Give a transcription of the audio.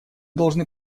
должны